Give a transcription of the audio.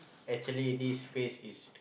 actually this phase is